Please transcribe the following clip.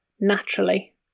naturally